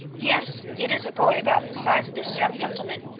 yes. it is a boy about the size of this young gentleman.